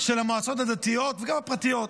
של המועצות הדתיות, וגם הפרטיות,